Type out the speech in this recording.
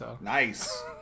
Nice